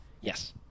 Yes